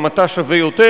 גם אתה שווה יותר.